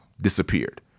disappeared